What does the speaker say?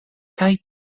kaj